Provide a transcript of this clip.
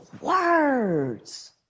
words